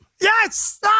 Yes